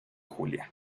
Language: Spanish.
julia